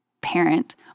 parent